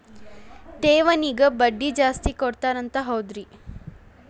ಠೇವಣಿಗ ಬಡ್ಡಿ ಜಾಸ್ತಿ ಕೊಡ್ತಾರಂತ ಹೌದ್ರಿ?